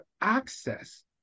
access